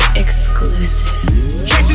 exclusive